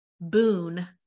boon